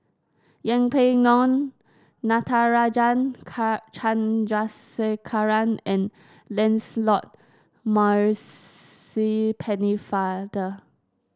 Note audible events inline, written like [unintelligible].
Yeng Pway Ngon Natarajan [unintelligible] Chandrasekaran and Lancelot [unintelligible] Pennefather